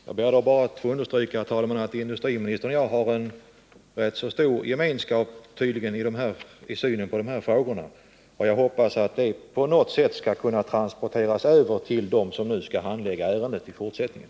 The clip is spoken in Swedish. Herr talman! Låt mig då bara få understryka att industriministern och jag tydligen har rätt stor gemenskap i synen på de här frågorna, och jag hoppas att detta på något sätt skall kunna transporteras över till dem som skall handlägga ärendet i fortsättningen.